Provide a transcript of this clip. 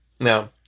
Now